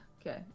Okay